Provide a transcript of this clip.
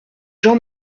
jean